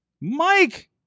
Mike